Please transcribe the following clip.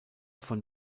von